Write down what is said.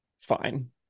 Fine